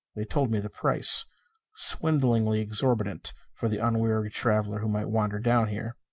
they told me the price swindlingly exorbitant for the unwary traveller who might wander down here.